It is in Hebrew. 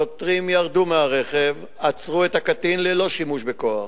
השוטרים ירדו מהרכב ועצרו את הקטין ללא שימוש בכוח.